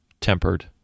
tempered